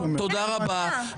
תודה רבה.